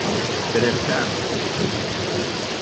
trepenk dukryte